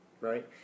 right